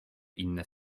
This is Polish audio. inne